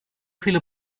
viele